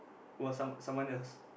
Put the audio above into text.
was some someone else